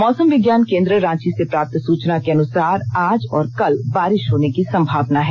मौसम विज्ञान केन्द्र रांची से प्राप्त सूचना के अनुसार आज और कल बारिष होने की संभावना है